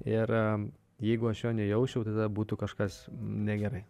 ir jeigu aš jo nejausčiau tada būtų kažkas negerai